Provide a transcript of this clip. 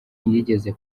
yigeze